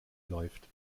läuft